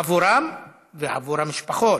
עבורם ועבור המשפחות,